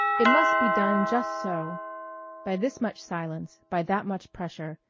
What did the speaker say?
it must be done just so by this much silence, by that much pressure,